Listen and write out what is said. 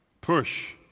push